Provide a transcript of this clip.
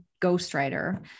ghostwriter